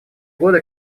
годы